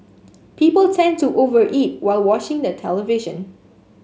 people tend to over eat while watching the television